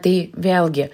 tai vėlgi